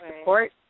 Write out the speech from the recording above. support